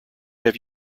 have